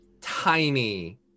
tiny